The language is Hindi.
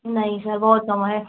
नहीं सर बहुत कम है